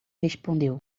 respondeu